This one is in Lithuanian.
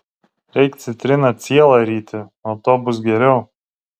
reik citriną cielą ryti nuo to bus geriau